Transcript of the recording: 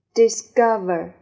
discover